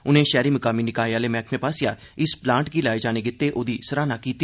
उनें षहरी मकामी निकाय आले मैहकमे पास्सेआ इस प्लांट गी लाए जाने गितै औदी सराहना कीती